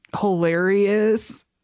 hilarious